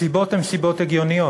הסיבות הן סיבות הגיוניות.